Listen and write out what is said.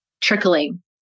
trickling